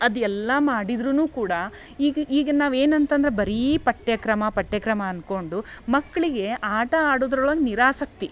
ಅದು ಎಲ್ಲಾ ಮಾಡಿದ್ರೂ ಕೂಡ ಈಗ ನಾವು ಏನು ಅಂತಂದರೆ ಬರೀ ಪಠ್ಯಕ್ರಮ ಪಠ್ಯಕ್ರಮ ಅನ್ಕೊಂಡು ಮಕ್ಕಳಿಗೆ ಆಟ ಆಡೋದ್ರೊಳಗೆ ನಿರಾಸಕ್ತಿ